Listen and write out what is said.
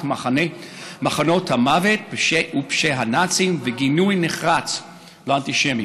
מחנות המוות ובפשעי הנאצים וגינוי נחרץ לאנטישמיות.